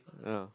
ya